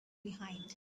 behind